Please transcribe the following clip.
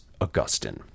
Augustine